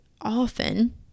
Often